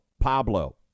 Pablo